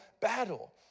battle